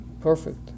perfect